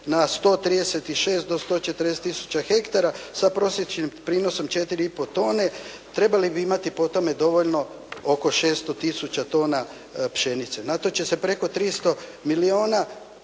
na 136 do 140 tisuća hektara sa prosječnim prinosom 4 i po tone trebali bi imati po tome dovoljno oko 600 tisuća tona pšenice. Na to će se preko 300 milijuna